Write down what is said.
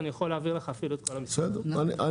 אני יכול להעביר לך את כל ה --- בסדר,